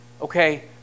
okay